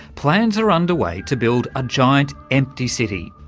plans are underway to build a giant empty city.